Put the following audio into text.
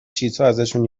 چیزهاازشون